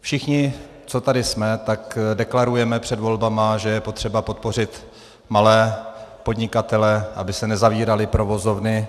Všichni, co tady jsme, deklarujeme před volbami, že je potřeba podpořit malé podnikatele, aby se nezavíraly provozovny.